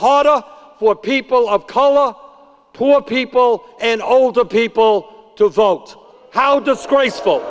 harder for people of color law poor people and older people to vote how disgraceful